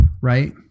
right